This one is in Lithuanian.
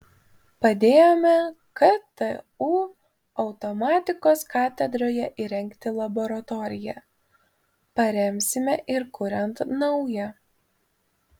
padėjome ktu automatikos katedroje įrengti laboratoriją paremsime ir kuriant naują